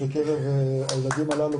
בקרב הילדים הללו,